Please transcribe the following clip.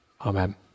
Amen